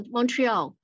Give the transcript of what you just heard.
Montreal